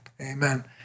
Amen